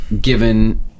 given